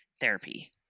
therapy